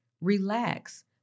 relax